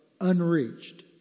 unreached